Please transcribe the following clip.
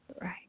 Right